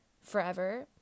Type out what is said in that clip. forever